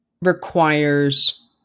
requires